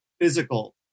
physical